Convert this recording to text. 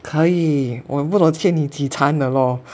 可以我们不懂欠你几餐了咯